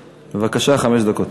בבקשה, חמש דקות.